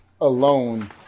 alone